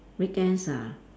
weekends ah